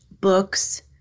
books